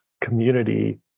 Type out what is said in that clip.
community